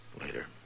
Later